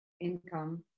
income